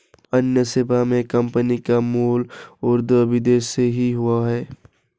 अन्य सेवा मे कम्पनी का मूल उदय विदेश से ही हुआ है